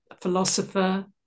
philosopher